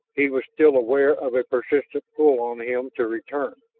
he was still aware of a persistent pull on him to return.